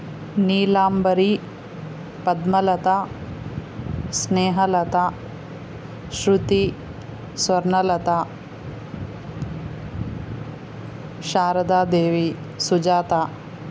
Neelambari Padmalatha Snehalatha Shruti Swarnalatha Sharada Devi Sujatha